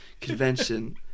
convention